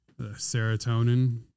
serotonin